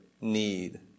need